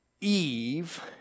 Eve